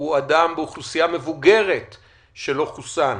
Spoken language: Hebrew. הוא אדם באוכלוסייה מבוגרת שלא חוסן.